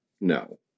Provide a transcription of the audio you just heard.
No